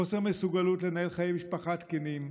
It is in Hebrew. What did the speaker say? חוסר מסוגלות לנהל חיי משפחה תקינים,